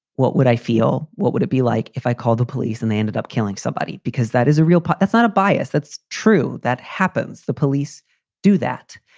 what would i feel? what would it be like if i called the police and they ended up killing somebody? because that is a real but that's not a bias. that's true. that happens. the police do that.